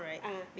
(uh huh)